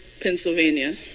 Pennsylvania